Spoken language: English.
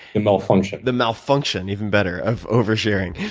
the malfunction. the malfunction, even better, of over-sharing.